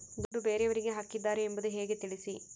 ದುಡ್ಡು ಬೇರೆಯವರಿಗೆ ಹಾಕಿದ್ದಾರೆ ಎಂಬುದು ಹೇಗೆ ತಿಳಿಸಿ?